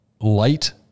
Light